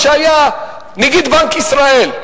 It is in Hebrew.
כשהיו נגיד בנק ישראל,